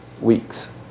weeks